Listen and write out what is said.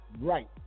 Right